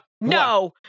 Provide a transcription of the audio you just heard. no